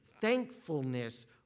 thankfulness